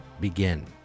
begin